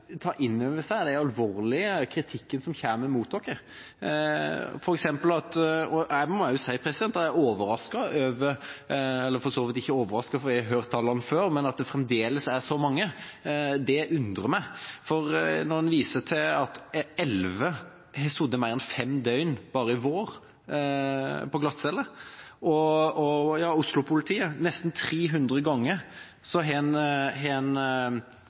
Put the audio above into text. ta inn over seg den alvorlige kritikken som kommer mot oss. Jeg må si at jeg er overrasket over – eller for så vidt ikke overrasket, for jeg har hørt tallene før – at det fremdeles er så mange. Det undrer meg. Når man viser til at elleve har sittet mer enn fem døgn på glattcelle bare i vår, og at Oslo-politiet nesten 300 ganger har brutt fristen på 48 timer bare på de fire første månedene i 2014, viser det en